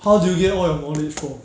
how do you get all your knowledge from